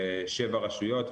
לשבע רשויות,